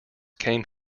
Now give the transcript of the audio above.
came